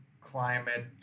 climate